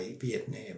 Vietnam